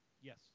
Yes